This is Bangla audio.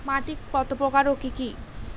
মাটি কত প্রকার ও কি কি?